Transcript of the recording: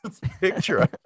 picture